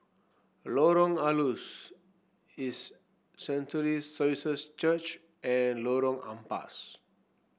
Lorong Halus His Sanctuary Services Church and Lorong Ampas